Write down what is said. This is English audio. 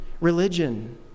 religion